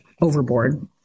overboard